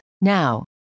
Now